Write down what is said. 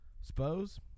Suppose